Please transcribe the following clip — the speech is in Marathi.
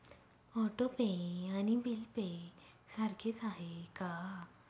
ऑटो पे आणि बिल पे सारखेच आहे का?